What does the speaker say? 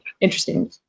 interesting